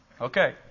Okay